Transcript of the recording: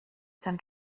denn